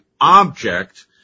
object